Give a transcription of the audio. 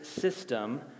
system